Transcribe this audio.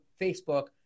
Facebook